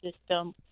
system